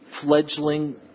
fledgling